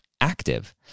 active